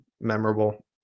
memorable